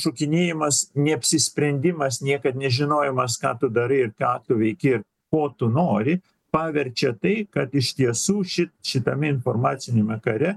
šokinėjimas neapsisprendimas niekad nežinojimas ką tu darai ir ką tu veiki ko tu nori paverčia tai kad iš tiesų ši šitame informaciniame kare